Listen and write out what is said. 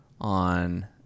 on